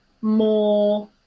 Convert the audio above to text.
more